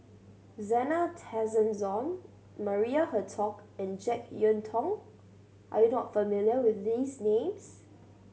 Zena Tessensohn Maria Hertogh and Jek Yeun Thong are you not familiar with these names